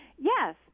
Yes